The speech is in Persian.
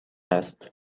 است